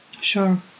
Sure